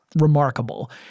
remarkable –